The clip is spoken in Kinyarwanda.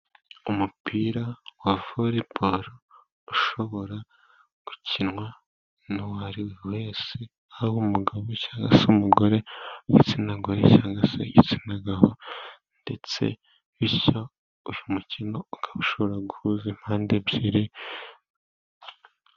Umupira wa volebolo ushobora gukinwa n'uwo ari we wese ,yaba umugabo cyangwa se umugore, igitsina gore cyangwa se igitsina gabo ,ndetse bityo, uyu mukino ukaba ushobora guhuza impande ebyiri.